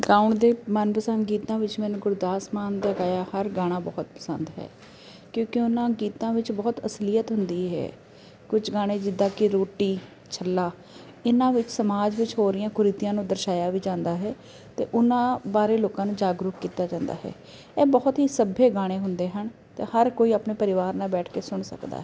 ਗਾਉਣ ਦੇ ਮਨਪਸੰਦ ਗੀਤਾਂ ਵਿੱਚ ਮੈਨੂੰ ਗੁਰਦਾਸ ਮਾਨ ਦਾ ਗਾਇਆ ਹਰ ਗਾਣਾ ਬਹੁਤ ਪਸੰਦ ਹੈ ਕਿਉਂਕਿ ਉਹਨਾਂ ਗੀਤਾਂ ਵਿੱਚ ਬਹੁਤ ਅਸਲੀਅਤ ਹੁੰਦੀ ਹੈ ਕੁਝ ਗਾਣੇ ਜਿੱਦਾਂ ਕਿ ਰੋਟੀ ਛੱਲਾ ਇਹਨਾਂ ਵਿੱਚ ਸਮਾਜ ਵਿੱਚ ਹੋ ਰਹੀਆਂ ਕੁਰੀਤੀਆਂ ਨੂੰ ਦਰਸ਼ਾਇਆ ਵੀ ਜਾਂਦਾ ਹੈ ਅਤੇ ਉਹਨਾਂ ਬਾਰੇ ਲੋਕਾਂ ਨੂੰ ਜਾਗਰੂਕ ਕੀਤਾ ਜਾਂਦਾ ਹੈ ਇਹ ਬਹੁਤ ਹੀ ਸਭਯ ਗਾਣੇ ਹੁੰਦੇ ਹਨ ਅਤੇ ਹਰ ਕੋਈ ਆਪਣੇ ਪਰਿਵਾਰ ਨਾਲ ਬੈਠ ਕੇ ਸੁਣ ਸਕਦਾ ਹੈ